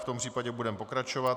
V tom případě budeme pokračovat.